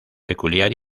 peculiar